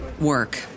work